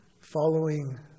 following